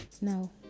no